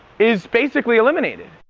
is basically eliminated.